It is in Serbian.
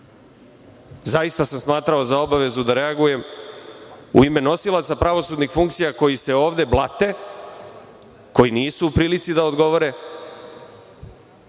radili. Zaista sam smatrao za obavezu da reagujem u ime nosilaca pravosudnih funkcija koji se ovde blate, koji nisu u prilici da odgovore